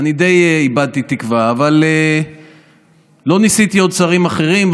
אני די איבדתי תקווה, אבל לא ניסיתי שרים אחרים.